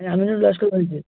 আমি আমিরুল নস্কর বলছি